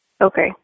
Okay